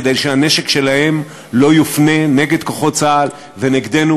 כדי שהנשק שלהם לא יופנה נגד כוחות צה"ל ונגדנו,